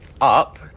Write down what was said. up